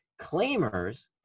Claimers